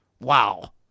wow